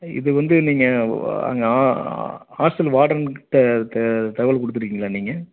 இது வந்து நீங்கள் ஹாஸ்டல் வார்டன்கிட்ட தகவல் கொடுத்துருக்கீங்களா நீங்கள்